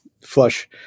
flush